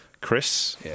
Chris